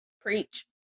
Preach